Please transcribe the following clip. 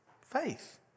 faith